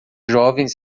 jovens